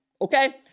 okay